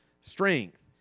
strength